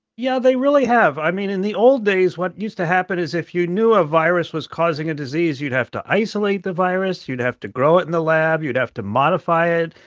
yeah, they really have. i mean, in the old days what used to happen is, if you knew a virus was causing a disease, you'd have to isolate the virus. you'd have to grow it in the lab. you'd have to modify it.